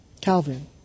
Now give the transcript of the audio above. Calvin